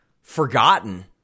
forgotten